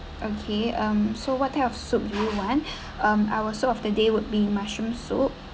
okay um so what type of soup do you want um our soup of the day would be mushroom soup